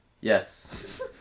Yes